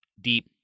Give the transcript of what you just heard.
deep